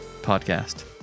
podcast